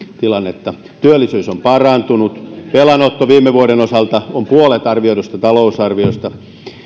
tilannetta työllisyys on parantunut velanotto viime vuoden osalta on puolet arvioidusta talousarviosta